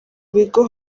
bigo